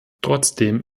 trotzdem